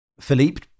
Philippe